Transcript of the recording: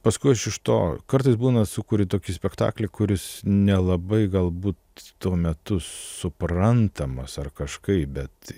paskui aš iš to kartais būna sukuri tokį spektaklį kuris nelabai galbūt tuo metu suprantamas ar kažkaip bet